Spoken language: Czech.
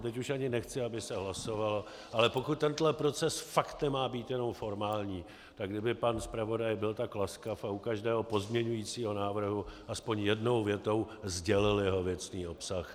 Teď už ani nechci, aby se hlasovalo, ale pokud tento proces fakt nemá být jenom formální, tak kdyby pan zpravodaj byl tak laskav a u každého pozměňovacího návrhu aspoň jednou větou sdělil jeho věcný obsah.